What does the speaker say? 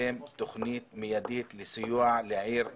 לקדם תוכנית מיידית לסיוע לעיר נצרת,